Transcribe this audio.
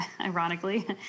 ironically